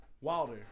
Wilder